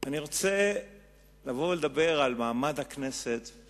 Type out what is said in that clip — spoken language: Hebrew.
אני רוצה לדבר על מעמד הכנסת,